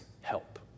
help